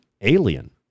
alien